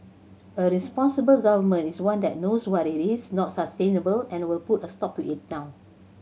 a responsible Government is one that knows what is not sustainable and will put a stop to it now